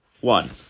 one